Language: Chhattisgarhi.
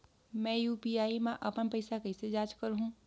मैं यू.पी.आई मा अपन पइसा कइसे जांच करहु?